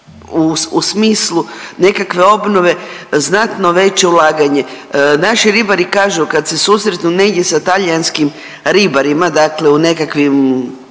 u smislu nekakve obnove znatno veće ulaganje. Naši ribari kažu kad se susretnu negdje sa talijanskim ribarima, dakle u nekakvim,